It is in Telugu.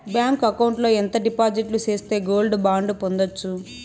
బ్యాంకు అకౌంట్ లో ఎంత డిపాజిట్లు సేస్తే గోల్డ్ బాండు పొందొచ్చు?